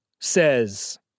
says